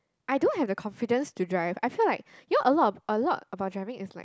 I don't have the confidence to drive I feel like you know a lot of a lot about driving is like